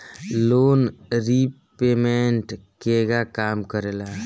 Loan repayment केगा काम करेला?